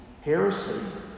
heresy